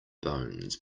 bones